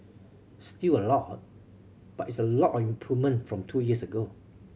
still a lot but it's a lot of improvement from two years ago